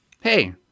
Hey